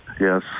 yes